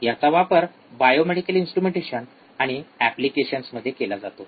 याचा वापर biomedical instrumentation आणि अनेक ऍप्लिकेशन्स मध्ये केला जातो